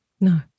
No